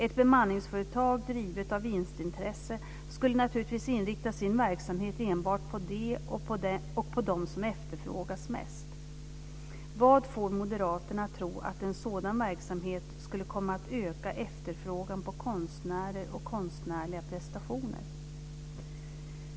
Ett bemanningsföretag drivet av vinstintresse skulle naturligtvis inrikta sin verksamhet enbart på det och på dem som efterfrågas mest. Vad får moderaterna att tro att en sådan verksamhet skulle komma att öka efterfrågan på konstnärer och konstnärliga prestationer?